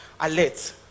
alert